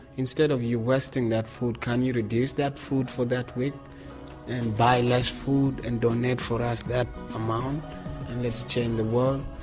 instead of you wasting that food can you reduce that food for that week and buy less food and donate for us that amount and let's change the world.